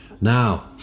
Now